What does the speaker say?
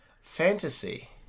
Fantasy